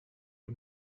you